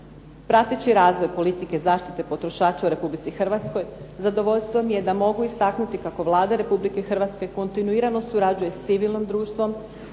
Prateći razvoj politike zaštite potrošača u Republici Hrvatskoj, zadovoljstvo mi je da mogu istaknuti kako Vlada Republike Hrvatske kontinuirano surađuje s civilnim društvom